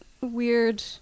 weird